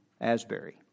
Asbury